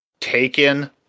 taken